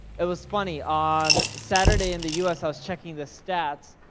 it was funny, on saturday in the us, i was checking the stats,